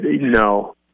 No